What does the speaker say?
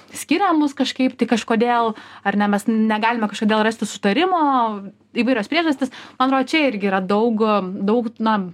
skiria mus kažkaip tai kažkodėl ar ne mes negalime kažkodėl rasti sutarimo įvairios priežastys man atrodo čia irgi yra daug daug na